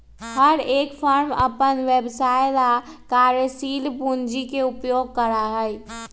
हर एक फर्म अपन व्यवसाय ला कार्यशील पूंजी के उपयोग करा हई